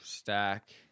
stack